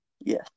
Yes